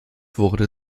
wurde